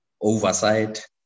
oversight